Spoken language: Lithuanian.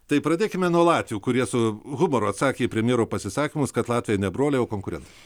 tai pradėkime nuo latvių kurie su humoru atsakė į premjero pasisakymus kad latviai ne broliai o konkurentai